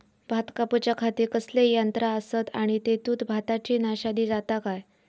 भात कापूच्या खाती कसले यांत्रा आसत आणि तेतुत भाताची नाशादी जाता काय?